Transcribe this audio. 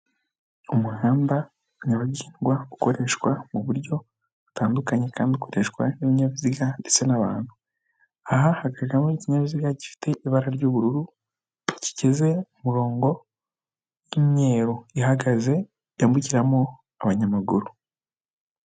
Umuhanda nyabagendwa ukoreshwa mu buryo butandukanye kandi ukoreshwa n'ibinyabiziga ndetse n'abantu, aha hagaragaramo ikinyabiziga gifite ibara ry'ubururu, kigize imirongo y'imyeru ihagaze yambukiramo abanyamaguru